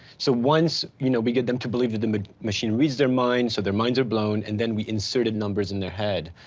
so once you know we get them to believe that the ah machine reads their mind. so their minds are blown. and then we inserted numbers in their head.